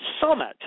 summit